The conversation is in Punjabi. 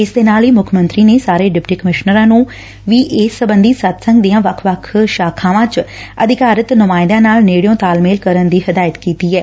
ਇਸ ਦੇ ਨਾਲ ਹੀ ਮੁੱਖ ਮੰਤਰੀ ਨੇ ਸਾਰੇ ਡਿਪਟੀ ਕਮਿਸ਼ਨਰਾਂ ਨੂੰ ਵੀ ਇਸ ਸਬੰਧੀ ਸਤਿਸੰਗ ਦੀਆਂ ਵੱਖ ਵੱਖ ਸਾਖਾਵਾਂ ਚ ਅਧਿਕਾਰਤ ਨੁਮਾਇੰਦਿਆਂ ਨਾਲ ਨੇੜਿਓ ਤਾਲਮੇਲ ਕਰਨ ਦੇ ਹਿਦਾਇਤ ਕੀਤੀ ਐ